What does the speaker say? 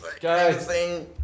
Guys